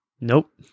Nope